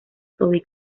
toby